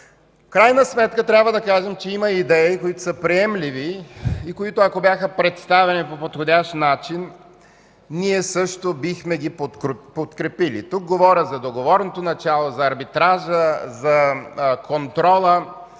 В крайна сметка трябва да кажем, че има приемливи идеи и ако бяха представени по подходящ начин, ние също бихме ги подкрепили. Тук говоря за договорното начало, за арбитража, за контрола